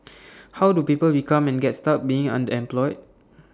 how do people become and get stuck being underemployed